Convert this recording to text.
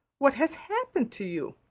what has happened to you?